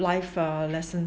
life err lessons